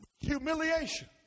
Humiliation